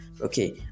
Okay